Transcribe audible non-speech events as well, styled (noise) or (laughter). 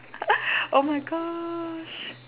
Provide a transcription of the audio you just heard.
(laughs) oh my gosh